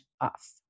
off